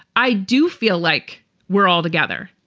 i do feel like we're all together.